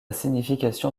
signification